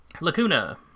Lacuna